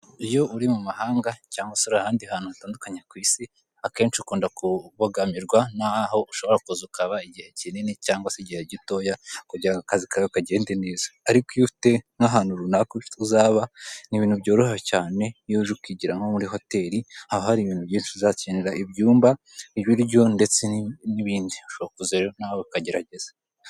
Iyo uri mu mahanga cyangwa se ahandi hantu hatandukanye ku isi, akenshi ukunda kubogamirwa naho ushobora kuza ukaba igihe kinini cyangwa se igihe gitoya kugira akazi kawe kagende neza. Ariko iyo ufite nk'ahantu runaka ufite uzaba ni ibintu byoroha cyane iyo uje ukigiramo muri hoteli haba hari ibintu byinshi uzakenera ibyumba, ibiryo ndetse n'ibindi ushobora kuza rero nawe ukagerageza.